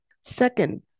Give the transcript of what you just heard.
Second